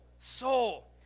Soul